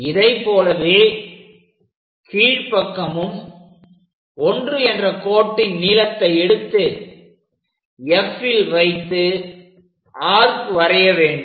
இதைப்போலவே கீழ் பக்கமும் 1 என்ற கோட்டின் நீளத்தை எடுத்து Fல் வைத்து ஆர்க் வரைய வேண்டும்